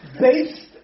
based